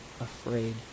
afraid